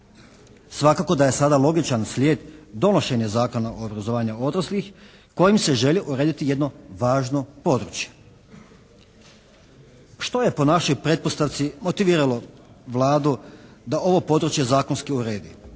Svakako da je sada logičan slijed donošenja Zakona o obrazovanju odraslih kojim se želi urediti jedno važno područje. Što je po našoj pretpostavci motiviralo Vladu da ovo područje zakonski uredi?